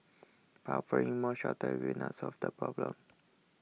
but offering more shelters will not solve the problem